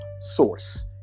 source